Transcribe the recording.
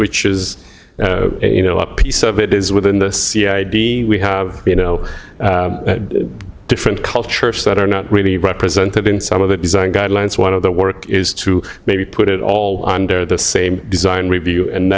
which is you know a piece of it is within the cia d we have you know different cultures that are not really represented in some of the design guidelines one of the work is to maybe put it all under the same design review and